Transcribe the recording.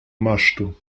masztu